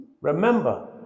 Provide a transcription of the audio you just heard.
remember